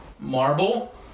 Marble